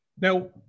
now